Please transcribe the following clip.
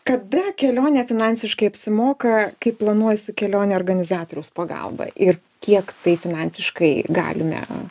kada kelionė finansiškai apsimoka kai planuoji su kelionių organizatoriaus pagalba ir kiek tai finansiškai galime